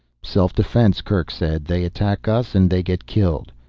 self-defense, kerk said. they attack us and they get killed.